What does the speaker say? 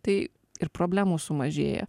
tai ir problemų sumažėja